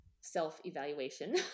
self-evaluation